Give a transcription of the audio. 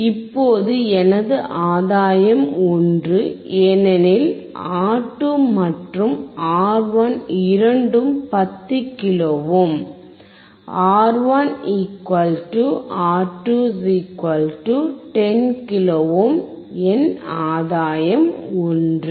இப்போது எனது ஆதாயம் 1 ஏனெனில் ஆர் 2 மற்றும் ஆர் 1 இரண்டும் 10 kilo ohm R 1 R 2 10 kilo ohm என் ஆதாயம் 1